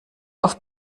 auf